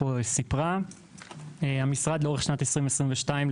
המשרד לאורך שנת 2022,